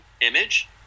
image